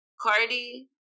Cardi